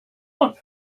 want